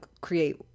create